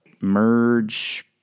merge